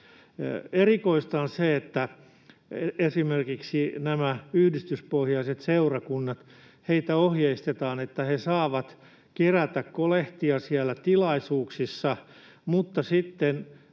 Erikoista on se, että esimerkiksi näitä yhdistyspohjaisia seurakuntia ohjeistetaan, että he saavat kerätä kolehtia siellä tilaisuuksissa, mutta sitten